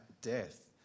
death